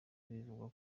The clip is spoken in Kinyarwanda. bivugwa